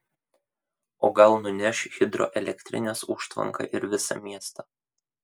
o gal nuneš hidroelektrinės užtvanką ir visą miestą